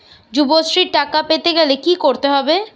যুবশ্রীর টাকা পেতে গেলে কি করতে হবে?